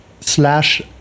slash